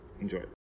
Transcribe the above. enjoy